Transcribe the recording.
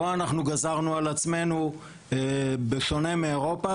פה אנחנו גזרנו על עצמנו בשונה מאירופה,